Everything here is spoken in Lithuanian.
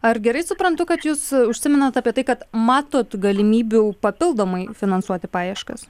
ar gerai suprantu kad jūs užsimenat apie tai kad matot galimybių papildomai finansuoti paieškas